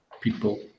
people